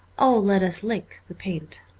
o let us lick the paint!